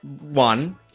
One